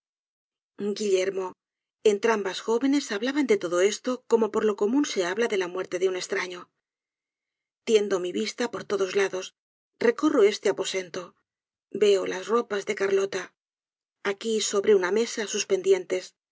guillermo entrambas jóvenes hablaban de todo esto como por lo común se habla de la muerte de un estraño tiendo mi vista por todos lados recorro este aposento veo las ropas de carlota aqui sobre una mesa